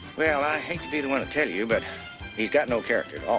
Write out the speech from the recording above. well, i hate to be the one to tell you but he has got no character at all.